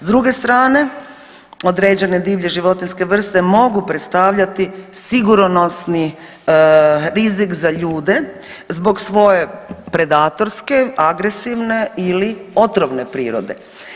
S druge strane određene divlje životinjske vrste mogu predstavljati sigurnosni rizik za ljude zbog svoje predatorske, agresivne ili otrovne prirode.